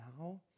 now